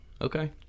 Okay